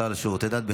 השר לשירותי דת,